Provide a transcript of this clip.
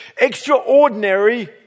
extraordinary